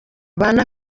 bana